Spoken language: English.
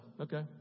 okay